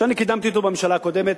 שקידמתי אותה בממשלה הקודמת,